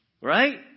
Right